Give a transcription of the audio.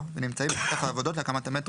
נגיד לכבאות,